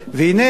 והנה,